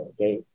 Okay